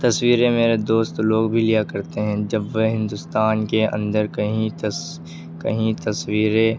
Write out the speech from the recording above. تصویریں میرے دوست لوگ بھی لیا کرتے ہیں جب وہ ہندوستان کے اندر کہیں تصویریں